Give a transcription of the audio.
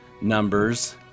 Numbers